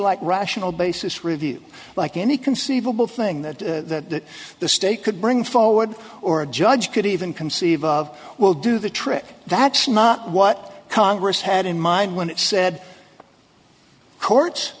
like rational basis review like any conceivable thing that the state could bring forward or a judge could even conceive of will do the trick that's not what congress had in mind when it said courts